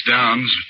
Downs